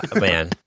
man